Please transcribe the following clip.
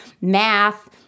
math